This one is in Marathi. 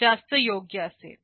जास्त योग्य असेल